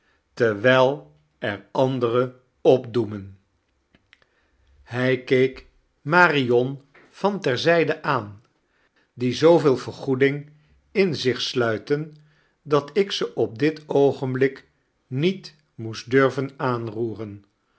terwijl ear charles dickens andeare opdoemen hij keek marion van tex zijde aan die zooveel vergoeding in zich sluifcen dat ik ze op dit oogenblik niet moest durven aanroeren